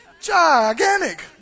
Gigantic